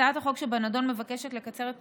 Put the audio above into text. הצעת החוק שבנדון מבקשת לקצר את